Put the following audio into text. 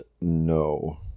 no